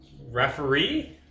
referee